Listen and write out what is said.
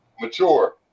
Mature